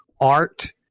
art